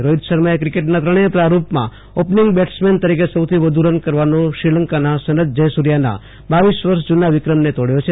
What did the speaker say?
રોહિત શર્માએ ક્રિકેટના ત્રણે પ્રારૂપમાં ઓપનિંગ બેટસમેન તરીકે સૌથી વધુ રન કરવાનો શ્રીલંકાના સનથ જયસૂર્યાના બાવીસ વર્ષ જૂના વિક્રમને તોડવો છે